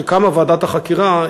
כשקמה ועדת החקירה,